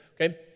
okay